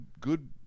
Good